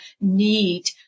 need